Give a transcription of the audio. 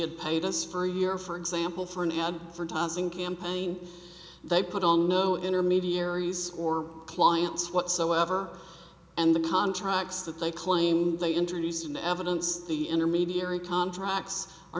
had paid us for a year for example for an ad for causing campaign they put on no intermediaries or clients whatsoever and the contracts that they claimed they introduced into evidence the intermediary contracts